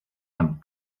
amb